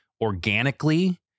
organically